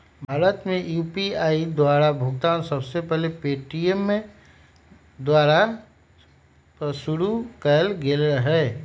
भारत में यू.पी.आई द्वारा भुगतान सबसे पहिल पेटीएमें द्वारा पशुरु कएल गेल रहै